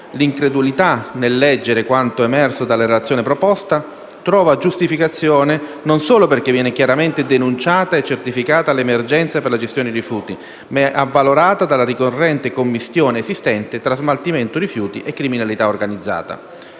L'incredulità nel leggere quanto emerso da questa relazione trova giustificazione non solo perché viene chiaramente denunciata e certificata l'emergenza per la gestione dei rifiuti, ma perché è avvalorata dalla commistione esistente tra smaltimento rifiuti e criminalità organizzata.